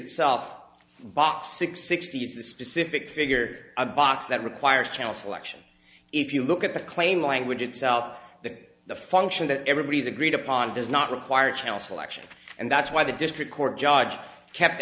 itself box six sixty specific figure a box that requires channel selection if you look at the claim language itself the the function that everybody's agreed upon does not require channel selection and that's why the district court judge kept